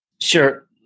Sure